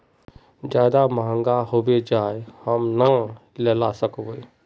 ज्यादा महंगा होबे जाए हम ना लेला सकेबे?